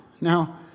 Now